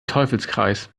teufelskreis